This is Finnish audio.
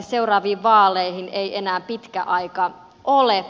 seuraaviin vaaleihin ei enää pitkä aika ole